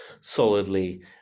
solidly